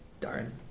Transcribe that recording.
Darn